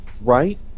right